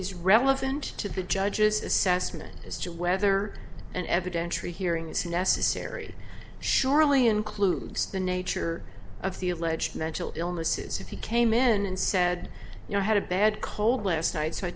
is relevant to the judge's assessment as to whether an evidentiary hearing is necessary surely includes the nature of the alleged mental illnesses if he came in and said you know i had a bad cold last night so i